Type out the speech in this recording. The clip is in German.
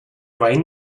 wein